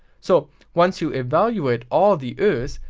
so once you evaluate all the oes,